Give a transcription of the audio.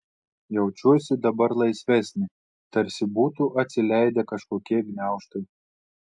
jaučiuosi dabar laisvesnė tarsi būtų atsileidę kažkokie gniaužtai